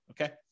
Okay